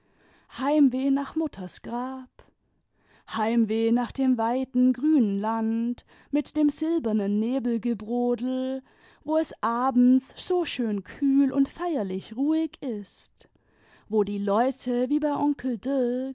heimweh nach mvtters grab heimweh nach dem weiten grünen land mit dem silbernen nebelgebrodel wo es abends so schön kühl und feierlich ruhig ist wo die leute wie bei onkel